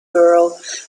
borough